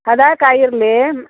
ಹದಾ ಕಾಯಿ ಇರ್ಲಿ